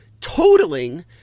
totaling